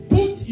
Put